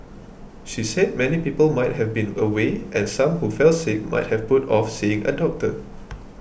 she said many people might have been away and some who fell sick might have put off seeing a doctor